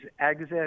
exit